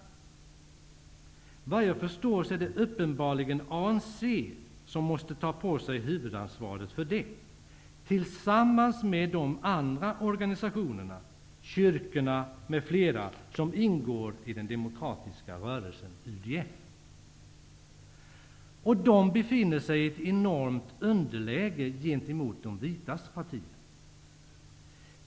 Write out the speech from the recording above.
Efter vad jag förstår är det ANC som måste ta på sig huvudansvaret, tillsammans med de andra organisationer, kyrkor m.fl., som ingår i den demokratiska rörelsen, UDF. Dessa befinner sig i ett enormt underläge gentemot de vitas partier.